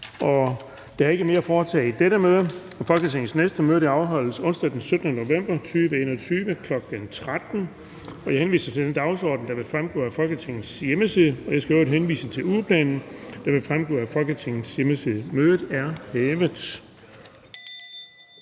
Der er ikke mere at foretage i dette møde. Folketingets næste møde afholdes onsdag den 17. november 2021, kl. 13.00. Jeg henviser til den dagsorden, der fremgår af Folketingets hjemmeside. Jeg skal i øvrigt henvise til ugeplanen, der fremgår af Folketingets hjemmeside. Mødet er hævet.